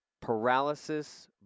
paralysis